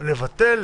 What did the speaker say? לבטל,